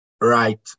Right